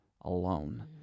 alone